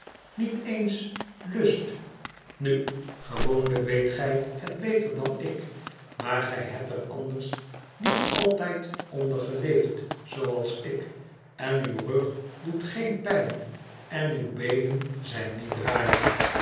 niet eens lust nu gewoonlijk weet gij het beter dan ik maar gij hebt er anders niet altijd onder geleefd zooals ik en uw rug doet geen pijn en uw beenen zijn niet raar